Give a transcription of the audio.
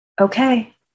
okay